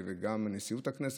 וגם בנשיאות הכנסת,